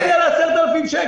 לא דיברתי על 10,000 שקלים.